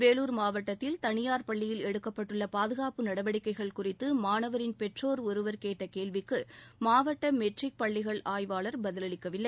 வேலூர் மாவட்டத்தில் தனியார் பள்ளியில் எடுக்கப்பட்டுள்ள பாதுகாப்பு நடவடிக்கைகள் குறித்து மாணவரின் பெற்றோர் ஒருவர் கேட்ட கேள்விக்கு மாவட்ட மெட்ரிக் பள்ளிகள் ஆய்வாளர் பதிலளிக்கவில்லை